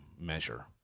measure